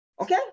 Okay